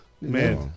man